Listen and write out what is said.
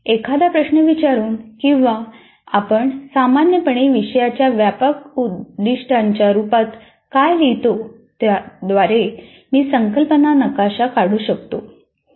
एखादा प्रश्न विचारून किंवा आपण सामान्यपणे विषयाच्या व्यापक उद्दीष्टाच्या रूपात काय लिहितो त्याद्वारे मी संकल्पना नकाशा काढू शकतो